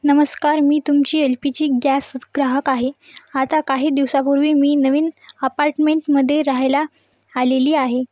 नमस्कार मी तुमची एल पी जी गॅसच ग्राहक आहे आता काही दिवसापूर्वी मी नवीन अपार्टमेंटमध्ये राहायला आलेली आहे